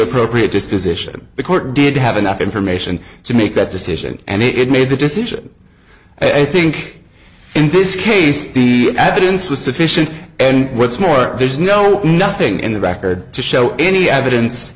appropriate disposition the court did have enough information to make that decision and it made the decision i think in this case the absence was sufficient and what's more there's no nothing in the record to show any evidence